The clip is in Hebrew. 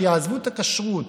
שיעזבו את הכשרות,